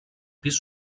pis